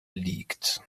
liegt